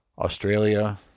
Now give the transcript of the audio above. Australia